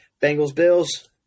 Bengals-Bills